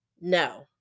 No